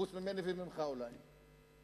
חוץ ממני וממך אולי,